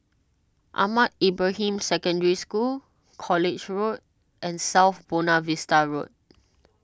Ahmad Ibrahim Secondary School College Road and South Buona Vista Road